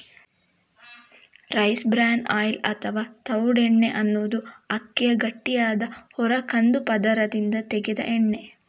rice bran oil ಅಥವಾ ತವುಡೆಣ್ಣೆ ಅನ್ನುದು ಅಕ್ಕಿಯ ಗಟ್ಟಿಯಾದ ಹೊರ ಕಂದು ಪದರದಿಂದ ತೆಗೆದ ಎಣ್ಣೆ